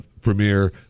premiere